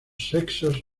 sexos